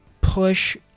push